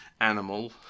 animal